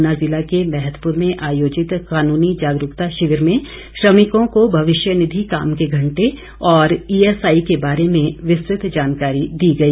ऊना जिला के मैहतपुर में आयोजित कानूनी जागरूकता शिविर में श्रमिकों को भविष्य निधि काम के घंटे और ईएसआई के बारे में विस्तृत जानकारी दी गई